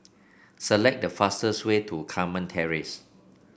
select the fastest way to Carmen Terrace